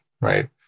right